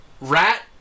rat